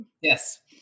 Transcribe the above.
Yes